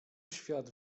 świat